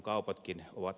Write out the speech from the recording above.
aina auki